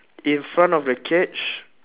in front of the cage